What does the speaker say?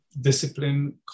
discipline